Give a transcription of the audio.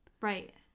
right